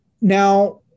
Now